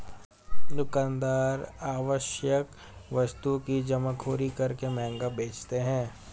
दुकानदार आवश्यक वस्तु की जमाखोरी करके महंगा बेचते है